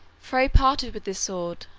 frey parted with this sword,